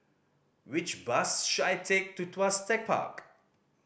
which bus should I take to Tuas Tech Park